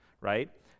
right